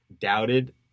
doubted